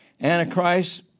Antichrist